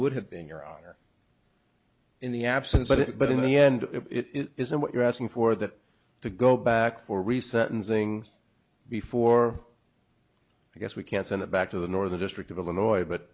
would have been your honor in the absence of it but in the end it isn't what you're asking for that to go back for re sentencing before i guess we can send it back to the northern district of illinois but